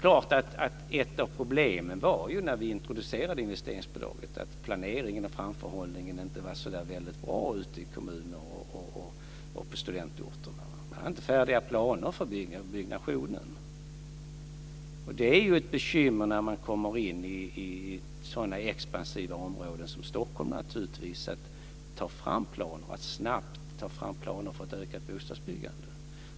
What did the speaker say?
Det är klart att ett av problemen när vi introducerade investeringsbidraget var att planeringen och framförhållningen inte var så väldigt bra ute i kommunerna och på studentorterna. Man hade inte färdiga planer för byggnationen. Det är naturligtvis ett bekymmer när man kommer in i sådana expansiva områden som Stockholm att snabbt ta fram planer för ett ökat bostadsbyggande.